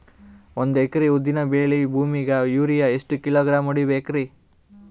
ಒಂದ್ ಎಕರಿ ಉದ್ದಿನ ಬೇಳಿ ಭೂಮಿಗ ಯೋರಿಯ ಎಷ್ಟ ಕಿಲೋಗ್ರಾಂ ಹೊಡೀಬೇಕ್ರಿ?